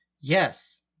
Yes